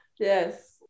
Yes